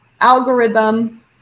algorithm